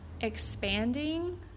expanding